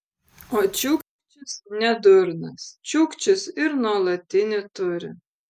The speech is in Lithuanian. o čiukčis ne durnas čiukčis ir nuolatinį turi